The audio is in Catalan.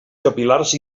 capil·lars